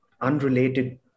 unrelated